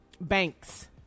Banks